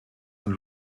und